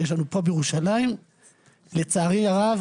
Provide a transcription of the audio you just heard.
יש לנו מערך כזה פה בירושלים ולצערי הרב